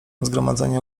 zgromadzenie